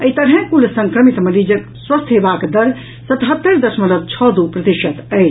एहि तरहैं कुल संक्रमित मरीजक स्वस्थ हेबाक दर सतहत्तरि दशमल छओ दू प्रतिशत अछि